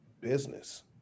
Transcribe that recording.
business